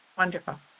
Wonderful